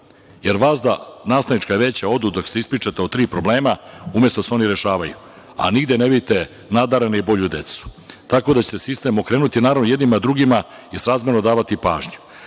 jer vazda nastavnika veća odu dok se ispričate o tri problema umesto da se oni rešavaju, a nigde ne vidite nadarenu i bolju decu. Tako da će se sistem okrenuti, naravno, jednima, drugima, i srazmerno davati pažnju.U